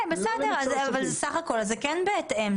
בסדר, בסך הכול זה כן בהתאם.